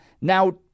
now